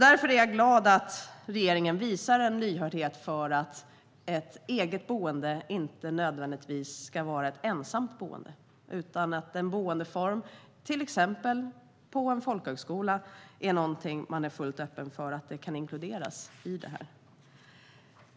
Därför är jag glad att regeringen visar en lyhördhet för att ett eget boende inte nödvändigtvis ska vara ett ensamt boende, utan att en boendeform såsom folkhögskola är någonting man är fullt öppen för att inkludera i det här.